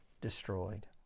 destroyed